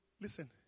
Listen